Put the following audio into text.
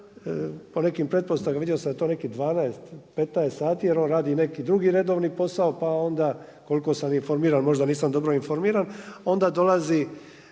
po nekim pretpostavkama vidio sam da je to nekih 12, 15 sati, jer on radi neki drugi redovni posao. Pa onda koliko sam informiran, možda nisam dobro informiran, onda dolazi,